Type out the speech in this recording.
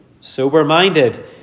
sober-minded